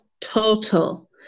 total